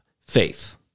faith